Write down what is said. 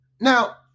Now